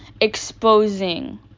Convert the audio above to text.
exposing